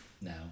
now